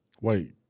Wait